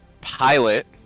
pilot